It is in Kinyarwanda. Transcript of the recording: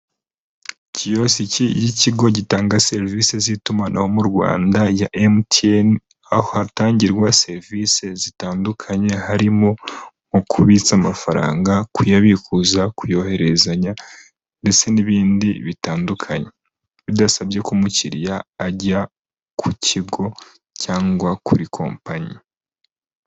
Kiyosi y'ikigo gitanga serivisi z'itumanaho mu Rwanda ya MTN aho hatangirwa serivisi zitandukanye harimo nko kubitsa amafaranga kuyabikuza kuyohererezanya ndetse n'ibindi bitandukanye bidasabye ko umukiriya ajya ku kigo cyangwa kuri kampani.